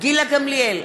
גילה גמליאל,